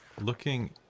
looking